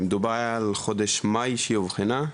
מדובר היה על חודש מאי שהיא אובחנה,